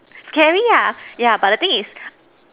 carry ya yeah but the thing is